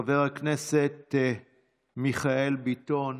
חבר הכנסת מיכאל ביטון.